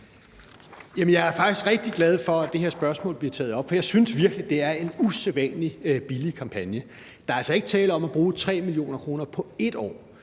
jeg er faktisk rigtig glad for, at det her spørgsmål bliver taget op, for jeg synes virkelig, at det er en usædvanlig billig kampagne. Der er altså ikke tale om at bruge 3 mio. kr. på 1 år.